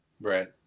right